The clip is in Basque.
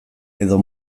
edo